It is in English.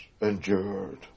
endured